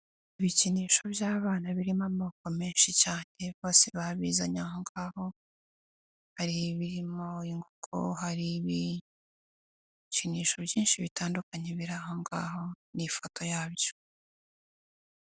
Ibikinisho by'abana birimo amoko menshi cyane, bose babizanye aho ngaho hari ibirimo kuko hari ibikinisho byinshi bitandukanye biri angaho n'ifoto yabyo.